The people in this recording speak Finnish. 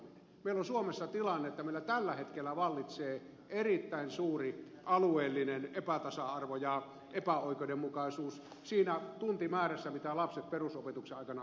meillä suomessa vallitsee tällä hetkellä erittäin suuri alueellinen epätasa arvo ja epäoikeudenmukaisuus siinä tuntimäärässä mitä lapset perusopetuksen aikana saavat